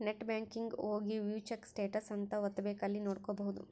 net banking ಹೋಗಿ view check status ಅಂತ ಒತ್ತಬೆಕ್ ಅಲ್ಲಿ ನೋಡ್ಕೊಬಹುದು